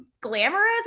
glamorous